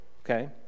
okay